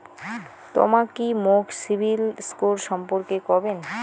তমা কি মোক সিবিল স্কোর সম্পর্কে কবেন?